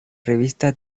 revista